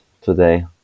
today